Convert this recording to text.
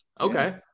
Okay